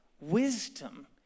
wisdom